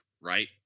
right